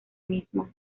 mismo